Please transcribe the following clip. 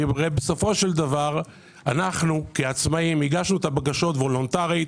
כי הרי בסופו של דבר אנחנו כעצמאים הגשנו את הבקשות וולונטרית,